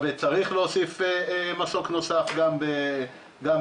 אבל צריך להוסיף מסוק נוסף גם באילת.